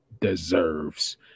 deserves